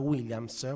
Williams